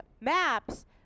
maps